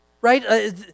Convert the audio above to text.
Right